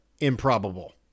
improbable